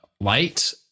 Light